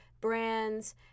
brands